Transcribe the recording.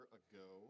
ago